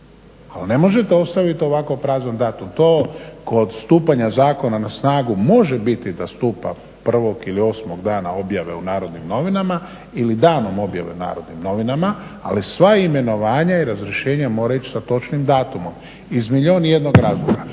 ne možete ostaviti ovako prazan datum. To kod stupanja zakona na snagu može biti da stupa prvog ili osmog dana objave u "Narodnim novinama" ili danom objave u "Narodnim novinama". Ali sva imenovanja i razrješenja moraju ići sa točnim datumom iz milijun i jednog razloga.